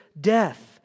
death